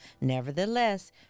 Nevertheless